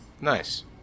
Nice